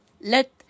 Let